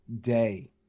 day